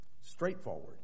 straightforward